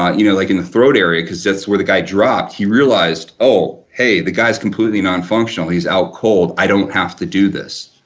you know like in the throat area, because that's where the guy dropped, he realized oh hey, the guy i completely nonfunctional, he's out cold, i don't have to do this,